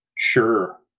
Sure